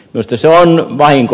minusta se on vahinko